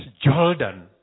Jordan